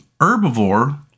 herbivore